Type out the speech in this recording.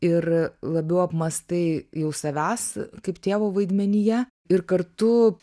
ir labiau apmąstai jau savęs kaip tėvo vaidmenyje ir kartu